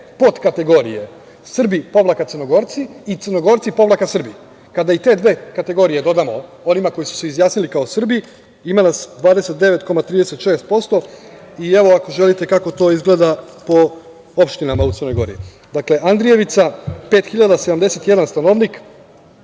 podkategorije – Srbi povlaka Crnogorci i Crnogorci povlaka Srbi. Kada i te dve kategorije dodamo onima koji su se izjasnili kao Srbi, ima nas 29,36% i evo, ako želite, kako to izgleda po opštinama u Crnoj Gori: Andrejevica – 5.071 stanovnik,